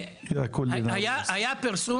היה פרסום